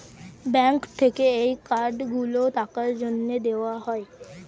bank থেকে এই card গুলো টাকার জন্যে দেওয়া হয়